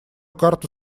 карту